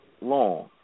long